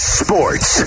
sports